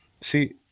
see